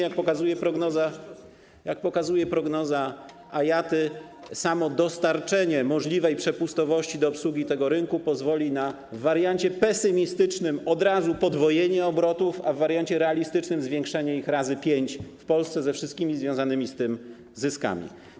Jak pokazuje prognoza IATA, samo dostarczenie możliwej przepustowości do obsługi tego rynku pozwoli na w wariancie pesymistycznym - od razu podwojenie obrotów, a w wariancie realistycznym - zwiększenie ich razy pięć w Polsce, ze wszystkimi związanymi z tym zyskami.